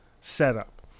setup